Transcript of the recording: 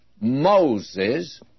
Moses